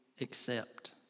accept